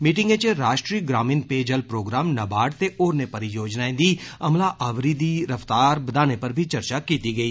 meeting च राष्ट्री ग्रामीण पेयजल प्रोग्राम नाबार्ड ते होरने परियोजनाएं दी अमलावरी दी रफ्तार बधाने पर बी चर्चा कीती गेई